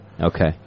Okay